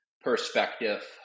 perspective